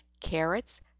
carrots